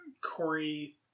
Corey